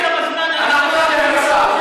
אין שר.